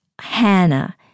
Hannah